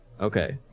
okay